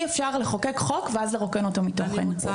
אפשר לחוקק חוק ואז לרוקן אותו מתוכן.